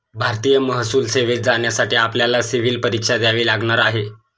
भारतीय महसूल सेवेत जाण्यासाठी आपल्याला सिव्हील परीक्षा द्यावी लागणार आहे